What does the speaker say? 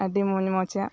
ᱟᱹᱰᱤ ᱢᱚᱡᱽ ᱢᱚᱪᱟᱜ